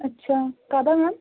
ਅੱਛਾ ਕਾਹਦਾ ਮੈਮ